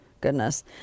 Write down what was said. goodness